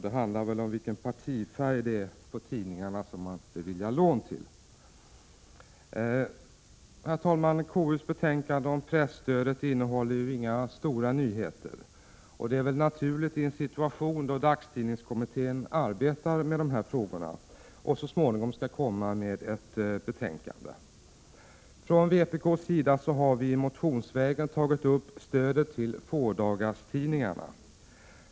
Det handlar väl om partifärgen på de tidningar som man beviljar lån till. Herr talman! Konstitutionsutskottets betänkande om presstödet innehåller ju inga stora nyheter. Det är väl naturligt i en situation då dagstidningskommittén arbetar med de här frågorna och så småningom skall komma med ett betänkande. Från vpk:s sida har vi motionsvägen tagit upp stödet till fådagarstidningarna.